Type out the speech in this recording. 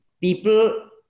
people